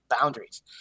boundaries